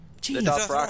Jesus